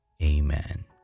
Amen